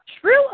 True